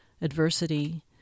adversity